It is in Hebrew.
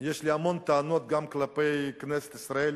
יש לי המון טענות גם כלפי כנסת ישראל.